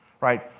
right